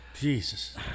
Jesus